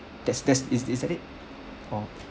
that's that's isn't isn't it oh